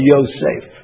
Yosef